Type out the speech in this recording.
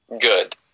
good